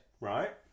right